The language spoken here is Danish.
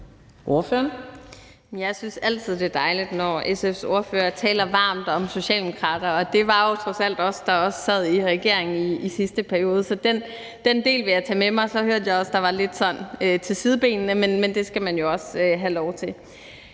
Jeg synes altid, at det er dejligt, når SF's ordfører taler varmt om socialdemokrater, og det var jo trods alt os, der sad i regering i sidste periode. Så den del vil jeg tage med mig. Så hørte jeg også, at der kom lidt sådan ud ad sidebenene, men det skal man jo også have lov til.